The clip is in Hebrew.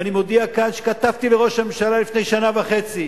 ואני מודיע כאן שכתבתי לראש הממשלה לפני שנה וחצי,